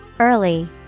Early